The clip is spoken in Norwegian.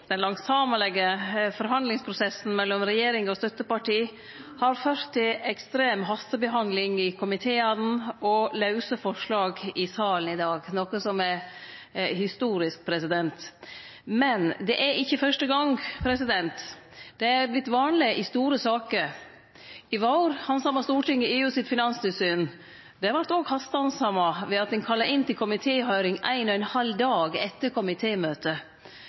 Den langsamlege forhandlingsprosessen mellom regjering og støtteparti har ført til ekstrem hastehandsaming i komiteen og lause forslag i salen i dag, noko som er historisk. Men det er ikkje fyrste gong – det har vorte vanleg i store saker. I vår handsama Stortinget EU sitt finanstilsyn. Det vart òg hastehandsama ved at ein kalla inn til komitehøyring ein og ein halv dag etter